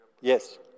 Yes